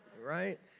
right